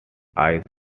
eyes